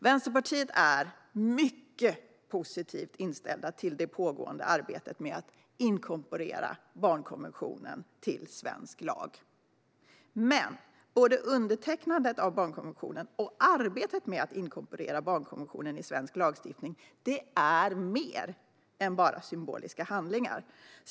Vänsterpartiet är mycket positivt inställt till det pågående arbetet med att inkorporera barnkonventionen i svensk lagstiftning. Men både undertecknandet av barnkonventionen och arbetet med att inkorporera barnkonventionen i svensk lagstiftning är mer än bara symboliska handlingar.